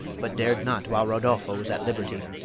but dared not while rodolpho was at liberty.